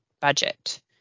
budget